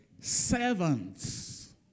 Servants